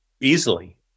easily